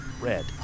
red